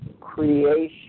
creation